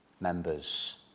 members